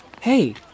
Hey